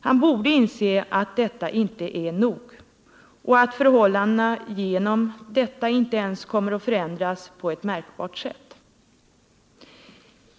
Han borde inse att detta inte är nog och att förhållandena genom detta inte ens kommer att förändras på ett märkbart sätt.